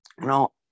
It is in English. no